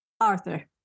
arthur